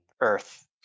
earth